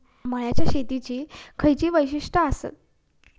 मळ्याच्या शेतीची खयची वैशिष्ठ आसत?